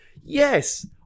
Yes